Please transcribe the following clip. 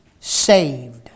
saved